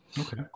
Okay